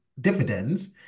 dividends